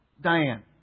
Diane